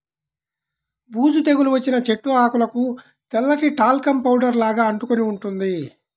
బూజు తెగులు వచ్చిన చెట్టు ఆకులకు తెల్లటి టాల్కమ్ పౌడర్ లాగా అంటుకొని ఉంటుంది